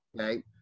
Okay